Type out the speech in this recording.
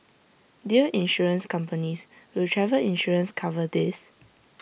Dear Insurance companies will travel insurance cover this